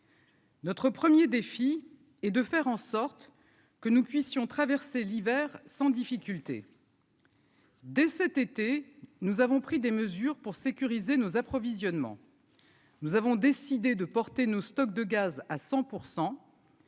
Notre 1er défi et de faire en sorte que nous puissions traverser l'hiver sans difficulté dès cet été, nous avons pris des mesures pour sécuriser nos approvisionnements, nous avons décidé de porter nos stocks de gaz à 100